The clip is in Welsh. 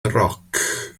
roc